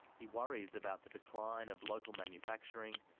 he worries about the decline of local manufacturing,